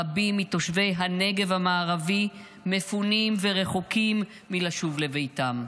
רבים מתושבי הנגב המערבי מפונים ורחוקים מלשוב לביתם.